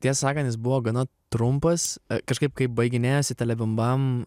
tiesą sakant jis buvo gana trumpas kažkaip kai baiginėjosi telebimbam